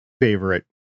favorite